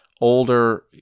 older